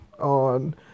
on